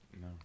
No